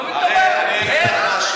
לא מתעורר, ער.